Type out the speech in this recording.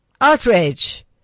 outrage